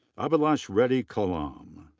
abhilash reddy kalam.